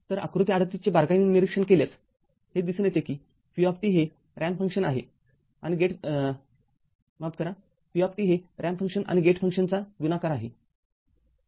तर आकृती ३८ चे बारकाईने निरीक्षण केल्यास हे दिसून येते की v हे रॅम्प फंक्शन आणि गेट फॅशनचा गुणाकार आहे